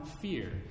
fear